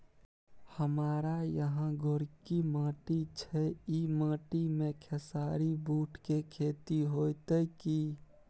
हमारा यहाँ गोरकी माटी छै ई माटी में खेसारी, बूट के खेती हौते की?